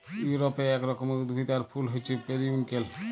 ইউরপে এক রকমের উদ্ভিদ আর ফুল হচ্যে পেরিউইঙ্কেল